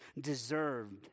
deserved